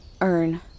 earn